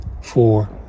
four